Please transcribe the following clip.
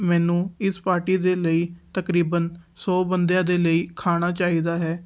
ਮੈਨੂੰ ਇਸ ਪਾਰਟੀ ਦੇ ਲਈ ਤਕਰੀਬਨ ਸੌ ਬੰਦਿਆਂ ਦੇ ਲਈ ਖਾਣਾ ਚਾਹੀਦਾ ਹੈ